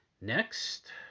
next